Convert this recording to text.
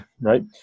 right